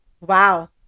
wow